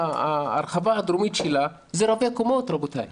ההרחבה הדרומית של רהט זה רבי קומות, רבותיי.